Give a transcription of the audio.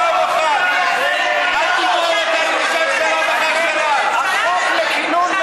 תגיד אמת פעם אחת, חברת הכנסת